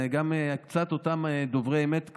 אלא גם אותם קצת דוברי אמת,